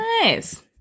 Nice